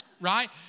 Right